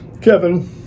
Kevin